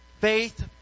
faith